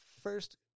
first